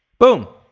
boom.